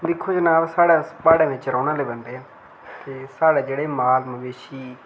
दिक्खो जनाब साढ़े अस प्हाड़ें बिच्च रौह्ने आह्ले बंदे आं ते साढ़े जेह्ड़े माल मवेशी